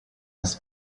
his